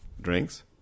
drinks